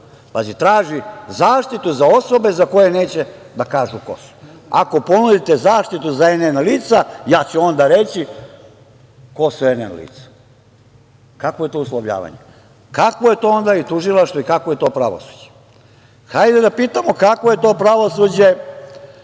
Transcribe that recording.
su? Pazi, traži zaštitu za osobe za koje neće da kažu ko su. Ako ponudite zaštitu za NN lica, ja ću onda reći ko su NN lica. Kakvo je to uslovljavanje? Kakvo je to onda i tužilaštvo i kakvo je to pravosuđe? Hajde da pitamo – kakvo je to pravosuđe